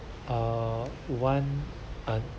uh one uh